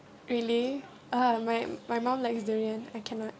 really uh my my mum likes durian I cannot